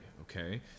okay